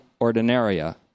Ordinaria